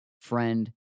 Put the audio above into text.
friend